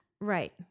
Right